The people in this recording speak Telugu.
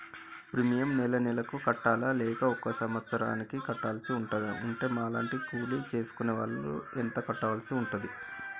ప్రీమియం నెల నెలకు కట్టాలా లేక సంవత్సరానికి కట్టాల్సి ఉంటదా? ఉంటే మా లాంటి కూలి చేసుకునే వాళ్లు ఎంత కట్టాల్సి ఉంటది?